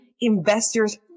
investors